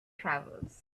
travels